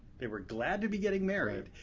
they were glad to be getting married,